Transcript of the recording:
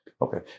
Okay